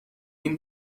این